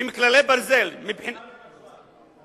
שהם כללי ברזל כמו מה למשל?